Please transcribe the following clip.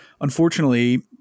unfortunately